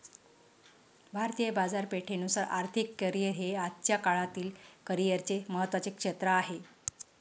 भारतीय बाजारपेठेनुसार आर्थिक करिअर हे आजच्या काळातील करिअरचे महत्त्वाचे क्षेत्र आहे